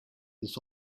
this